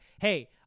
hey